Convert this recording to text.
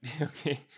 okay